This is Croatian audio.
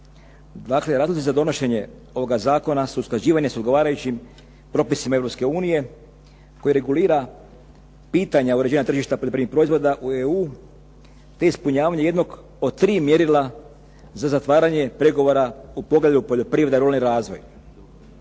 Dakle, razlozi za donošenje ovoga zakona s usklađivanje s odgovarajućim propisima Europske unije koji regulira pitanja uređenja tržišta poljoprivrednih proizvoda u EU, te ispunjavanja jednog od tri mjerila za zatvaranje pregovora u poglavlju Poljoprivreda i ruralni